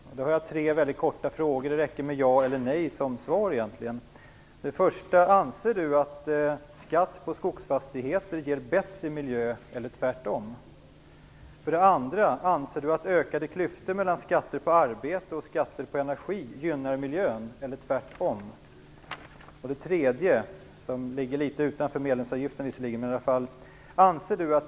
Jag har tre korta frågor, det räcker med ja eller nej som svar. 1. Anser Maggie Mikaelsson att skatt på skogsfastigheter ger bättre miljö? 2. Anser Maggie Mikaelsson att ökade klyftor mellan skatter på arbete och skatter på energi gynnar miljön? 3. Anser Maggie Mikaelsson att det ger bättre miljö att inte satsa på miljöstöd i jordbruket?